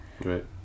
right